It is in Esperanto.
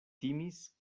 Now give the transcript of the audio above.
timis